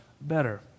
better